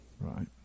right